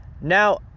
Now